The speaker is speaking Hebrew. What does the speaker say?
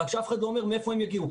רק שאף אחד לא אומר מאיפה הם יגיעו.